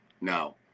no